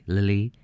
Lily